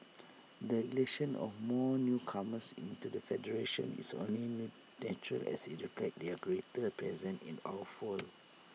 the election of more newcomers into the federation is only natural as IT reflects their greater presence in our fold